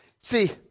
See